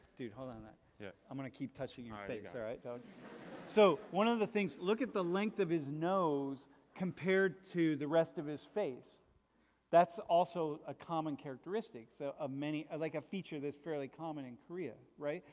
dude hold on that, yeah. i'm gonna keep touching your face, alright? so one of the things, look at the length of his nose compared to the rest of his face that's also a common characteristic so of many, like a feature that's fairly common in korea right?